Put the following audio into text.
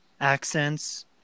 accents